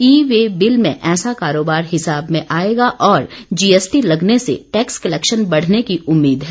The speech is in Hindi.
ई वे बिल में ऐसा कारोबार हिसाब में आयेगा और जीएसटी लगने से टैक्स कलेक्शन बढ़ने की उम्मीद है